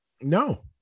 No